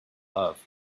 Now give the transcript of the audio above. love